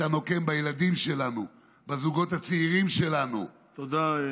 אתה נוקם בילדים שלנו, בזוגות הצעירים שלנו, תודה.